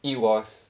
it was